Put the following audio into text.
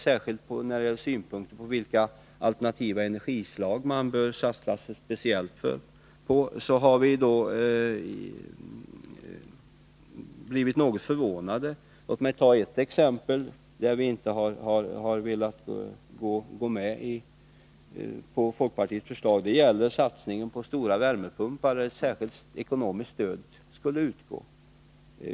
Särskilt folkpartiets synpunkter på vilka alternativa energislag som man bör satsa speciellt på har vi blivit något förvånade över. Låt mig ta ett exempel på ett folkpartiförslag där vi inte har velat gå med. Det gäller satsningen på stora värmepumpar. Folkpartiet ville i detta sammanhang att ett särskilt ekonomiskt stöd skulle utgå.